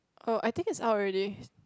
oh I think is out already